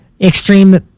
extreme